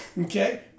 Okay